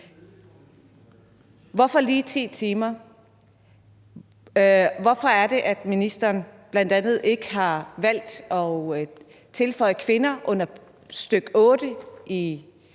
Hvorfor lige 10 timer? Hvorfor er det, at ministeren bl.a. ikke har valgt at tilføje kvinder under stk. 8 i